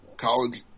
college